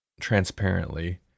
transparently